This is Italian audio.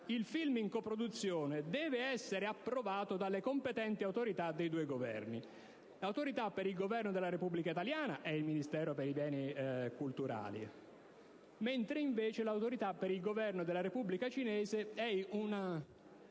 i film in coproduzione devono essere approvati dalle competenti autorità dei due Governi. L'autorità competente per il Governo della Repubblica italiana è il Ministero dei beni culturali, mentre l'autorità competente per il Governo della Repubblica cinese è una